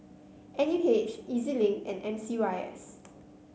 N U H E Z Link and M C Y S